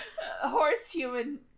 Horse-human